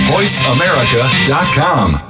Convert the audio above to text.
VoiceAmerica.com